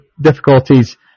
difficulties